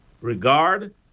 regard